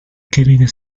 kevin